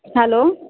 hello